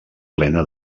plena